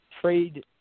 trade